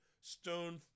stone